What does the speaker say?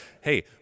Hey